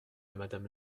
madame